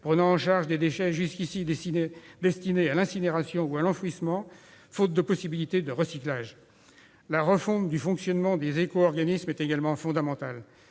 prenant en charge des déchets jusqu'ici destinés à l'incinération ou à l'enfouissement faute de possibilité de recyclage. La refonte du fonctionnement des éco-organismes est également fondamentale.